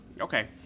Okay